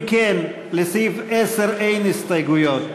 אם כן, לסעיף 10 אין הסתייגויות.